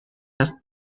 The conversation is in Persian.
است